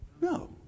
No